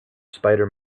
spider